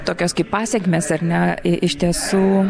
tokios kaip pasekmės ar ne iš tiesų